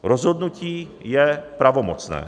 Rozhodnutí je pravomocné.